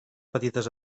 petites